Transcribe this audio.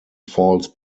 falls